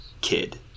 kid